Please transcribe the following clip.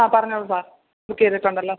ആ പറഞ്ഞോളൂ sir book ചെയ്തിട്ടുണ്ടല്ലോ